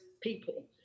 people